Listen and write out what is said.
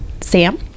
sam